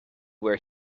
were